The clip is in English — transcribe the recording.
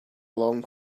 long